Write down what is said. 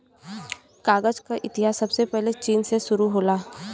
कागज क इतिहास सबसे पहिले चीन से शुरु होला